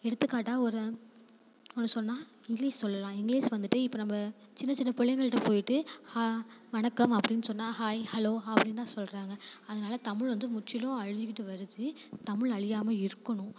எடுத்துக்காட்டாக ஒரு ஒன்று சொன்னால் இங்கிலீஷ் சொல்லலாம் இங்கிலீஷ் வந்துட்டு இப்போ நம்ம சின்ன சின்ன பிள்ளைங்கள்கிட்ட போயிட்டு ஹா வணக்கம் அப்படின்னு சொன்னால் ஹாய் ஹலோ அப்படின்தான் சொல்கிறாங்க அதனால் தமிழ் வந்து முற்றிலும் அழிஞ்சிக்கிட்டு வருது தமிழ் அழியாமல் இருக்கணும்